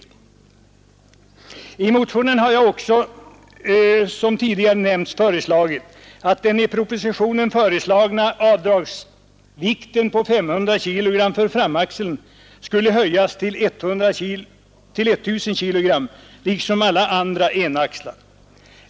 I motionen har jag också, som tidigare nämnts, föreslagit att den i propositionen föreslagna avdragsvikten på 500 kg för framaxel skulle höjas till I 000 kg liksom för alla andra enkla axlar.